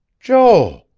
joel!